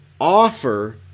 offer